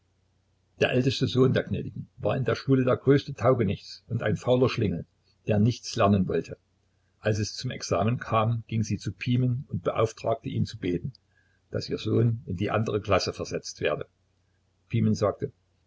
der älteste sohn der gnädigen war in der schule der größte taugenichts und ein fauler schlingel der nichts lernen wollte als es zum examen kam ging sie zu pimen und beauftragte ihn zu beten daß ihr sohn in die andere klasse versetzt werde pimen sagte